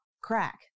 Crack